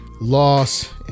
loss